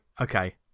Okay